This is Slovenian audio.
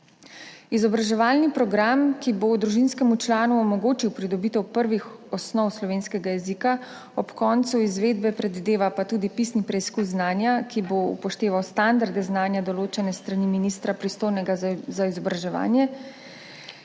Izobraževalni program, ki bo družinskemu članu omogočil pridobitev prvih osnov slovenskega jezika, ob koncu izvedbe predvideva tudi pisni preizkus znanja, ki bo upošteval standarde znanja, določene s strani ministra, pristojnega za izobraževanje.